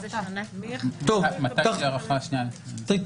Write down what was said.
מתי תהיה ההחלטה השנייה?